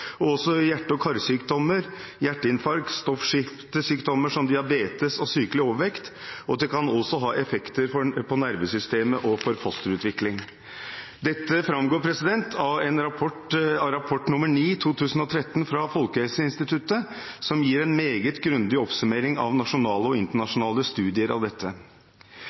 hjerte- og karsykdommer, hjerteinfarkt, stoffskiftesykdommer som diabetes og sykelig overvekt. Det kan også ha effekt på nervesystemet og for fosterutvikling. Dette framgår av rapport nr. 9 fra 2013 fra Folkehelseinstituttet, som gir en meget grundig oppsummering av nasjonale og internasjonale studier av dette.